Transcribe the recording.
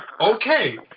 okay